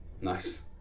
nice